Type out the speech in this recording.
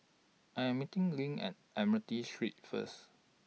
I Am meeting LINK At Admiralty Street First